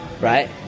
Right